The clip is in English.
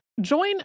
Join